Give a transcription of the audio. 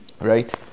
right